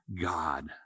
God